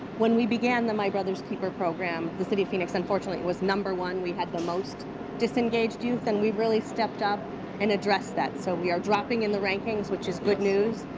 when we began the my brother's keeper program, the city of phoenix, unfortunately, was number one we had the most disengaged youth, and we really stepped up and addressed that. so we are dropping in the rankings, which is good news.